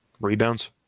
Rebounds